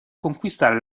conquistare